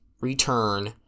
return